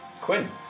Quinn